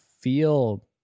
feel